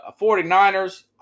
49ers